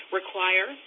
require